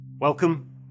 Welcome